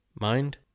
mind